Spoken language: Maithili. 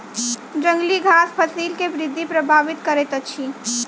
जंगली घास फसिल के वृद्धि प्रभावित करैत अछि